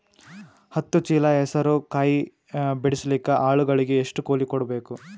ಹತ್ತು ಚೀಲ ಹೆಸರು ಕಾಯಿ ಬಿಡಸಲಿಕ ಆಳಗಳಿಗೆ ಎಷ್ಟು ಕೂಲಿ ಕೊಡಬೇಕು?